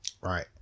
Right